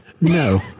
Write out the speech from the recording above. no